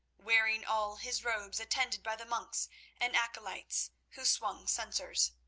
wearing all his robes, attended by the monks and acolytes, who swung censers.